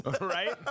Right